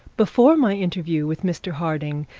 before my interview with mr harding,